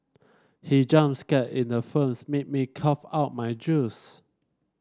he jump scare in the films made me cough out my juice